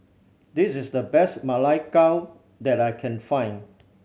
this is the best Ma Lai Gao that I can find